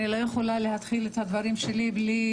אני לא יכולה להתחיל את דבריי בלי